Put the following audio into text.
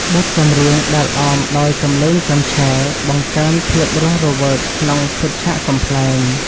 បទចម្រៀងដែលអមដោយសំឡេងកញ្ឆែ បង្កើនភាពរស់រវើកក្នុងឈុតឆាកកំប្លែង។